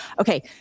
Okay